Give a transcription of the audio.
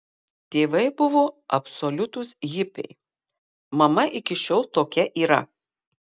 tėvai buvo absoliutūs hipiai mama iki šiol tokia yra